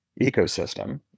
ecosystem